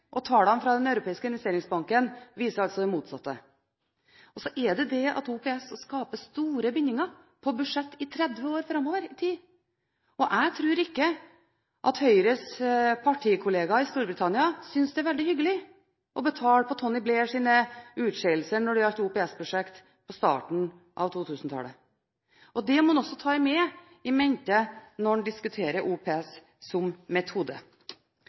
og tallene fra Den europeiske investeringsbanken viser altså det motsatte. Så er det sånn at OPS skaper store bindinger på budsjett 30 år framover i tid. Jeg tror ikke at Høyres partikollegaer i Storbritannia synes det er veldig hyggelig å betale på Tony Blairs utskeielser når det gjaldt OPS-prosjekter tidlig på 2000-tallet. Det må en også ha i mente når en diskuterer OPS som metode.